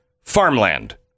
farmland